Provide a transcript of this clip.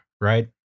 right